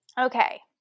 Okay